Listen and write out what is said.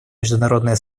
международное